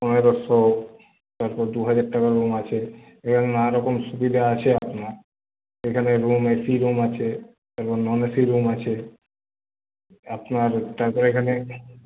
পনেরোশো তারপরে দু হাজার টাকার রুম আছে এবং নানারকম সুবিধা আছে আপনার এখানে রুম এ সি রুম আছে এবং নন এসি রুম আছে আপনার তারপরে এখানে